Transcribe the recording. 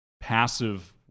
passive